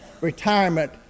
retirement